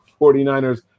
49ers